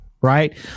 right